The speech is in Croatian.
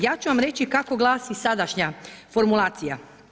Ja ću vam reći kako glasi sadašnja formulacija.